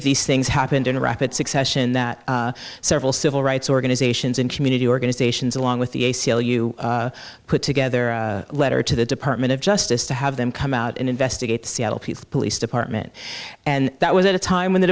of these things happened in rapid succession that several civil rights organizations and community organizations along with the a c l u put together a letter to the department of justice to have them come out and investigate the seattle police department and that was at a time when the